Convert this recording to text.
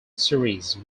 series